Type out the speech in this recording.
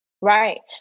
Right